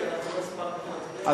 כי אנחנו לא הספקנו להצביע.